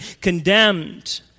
condemned